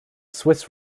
swiss